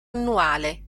annuale